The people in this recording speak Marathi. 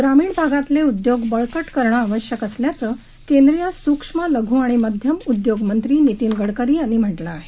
ग्रामीण भागातले उद्योग बळकट करणं आवश्यक असल्याचं केंद्रीय सुक्ष्म लघू आणि मध्यम उद्योग एमएसएमई मंत्री नितीन गडकरी यांनी म्हटलं आहे